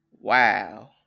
Wow